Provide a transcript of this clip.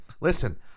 listen